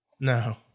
No